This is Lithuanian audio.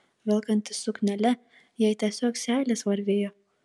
velkantis suknelę jai tiesiog seilės varvėjo